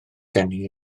geni